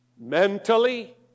Mentally